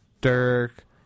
Dirk